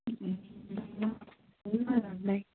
ल ल बाई